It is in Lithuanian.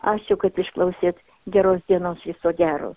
ačiū kad išklausėt geros dienos viso gero